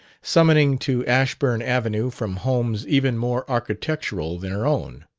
summoning to ashburn avenue, from homes even more architectural than her own,